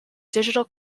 digital